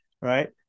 right